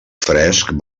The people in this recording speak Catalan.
fresc